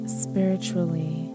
spiritually